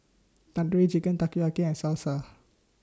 Tandoori Chicken Takoyaki and Salsa